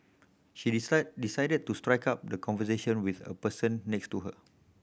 she decided decided to strike up the conversation with a person next to her